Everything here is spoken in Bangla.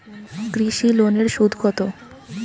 কৃষি লোনের সুদ কত?